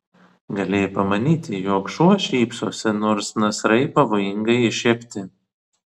galėjai pamanyti jog šuo šypsosi nors nasrai pavojingai iššiepti